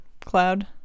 cloud